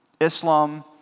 Islam